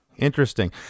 Interesting